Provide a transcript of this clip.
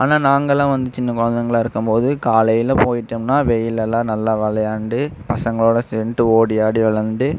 ஆனால் நாங்கள்லாம் வந்து சின்ன குழந்தைங்களா இருக்கும் போது காலையில் போய்ட்டோம்னா வெயிலெல்லாம் நல்லா விளையாண்டு பசங்களோடு சேந்துட்டு ஓடி ஆடி விளையாண்டு